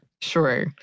Sure